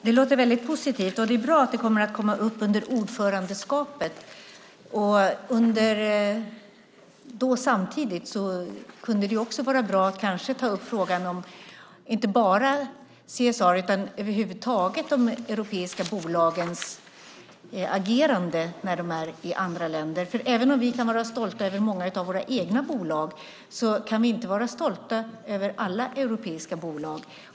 Fru talman! Det låter positivt, och det är bra att det kommer upp under ordförandeskapet. Samtidigt kunde det vara bra att då inte bara ta upp frågan om CSR utan de europeiska bolagens agerande över huvud taget när de är i andra länder. Även om vi kan vara stolta över många av våra egna bolag kan vi inte vara stolta över alla europeiska bolag.